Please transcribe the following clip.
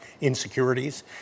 insecurities